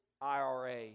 IRA